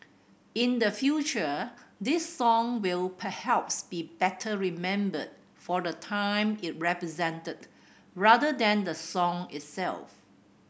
in the future this song will perhaps be better remembered for the time it represented rather than the song itself